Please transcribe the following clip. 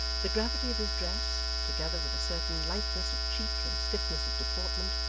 the gravity of his dress, together with a certain lankness of cheek and stiffness of deportment,